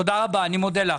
תודה רבה, אני מודה לך.